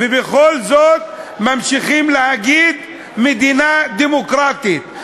ובכל זאת ממשיכים להגיד: מדינה דמוקרטית.